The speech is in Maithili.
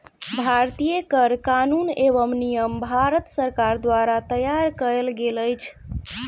भारतीय कर कानून एवं नियम भारत सरकार द्वारा तैयार कयल गेल अछि